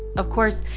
of course,